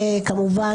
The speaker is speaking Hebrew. כמובן,